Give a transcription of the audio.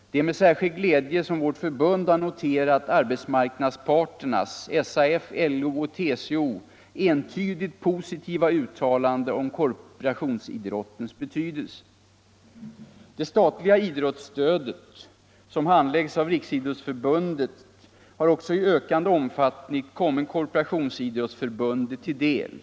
Det är med särskild glädje som vårt förbund har noterat arbetsmarknadsparternas — SAF, LO och TCO -— entydigt positiva uttalande om korporationsidrottens betydelse. Det statliga idrottsstödet, som handläggs av Riksidrottsförbundet, har också i ökande omfattning kommit Korporationsidrottsförbundet till del.